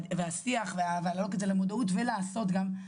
והשיח ולהעלות את זה למודעות ולעשות גם,